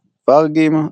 וארגים,